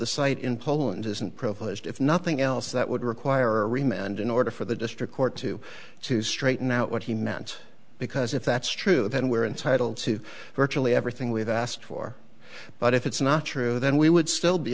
the site in poland isn't privileged if nothing else that would require a rematch and in order for the district court to to straighten out what he meant because if that's true then we're entitled to virtually everything we've asked for but if it's not true then we would still be